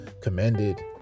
commended